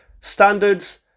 standards